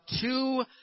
two